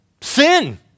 sin